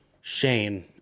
shane